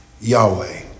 Yahweh